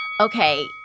Okay